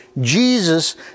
Jesus